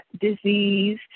disease